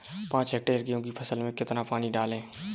पाँच हेक्टेयर गेहूँ की फसल में कितना पानी डालें?